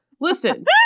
Listen